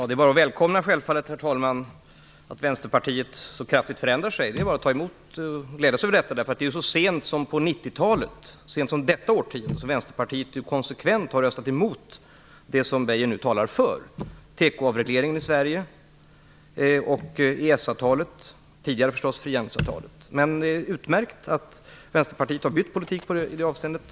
Herr talman! Det är bara att välkomna att Vänsterpartiet har förändrat sig så mycket. Det är bara att ta emot och glädja sig över detta. Så sent som detta årtionde har Vänsterpartiet konsekvent röstat emot det som Beijer nu talar för, t.ex. avreglering av teko i Men det är utmärkt att Vänsterpartiet har bytt politik i det avseendet.